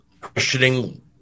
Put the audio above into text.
questioning